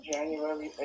January